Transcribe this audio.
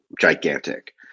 gigantic